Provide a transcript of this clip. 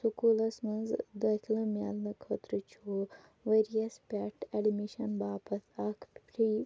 سکوٗلَس منٛز دٲخلہٕ میلنہٕ خٲطرٕ چھُ ؤرۍ یَس پٮ۪ٹھ ایٚڈمِشَن باپتھ اکھ فرٛی